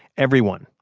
everyone,